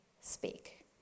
speak